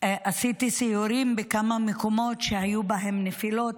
עשיתי סיורים בכמה מקומות שהיו בהם נפילות,